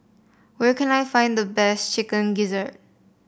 where can I find the best Chicken Gizzard